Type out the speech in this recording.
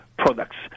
Products